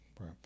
right